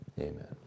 Amen